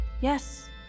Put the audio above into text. Yes